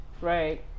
Right